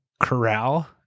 corral